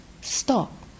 Stop